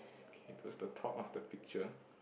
okay towards the top of the picture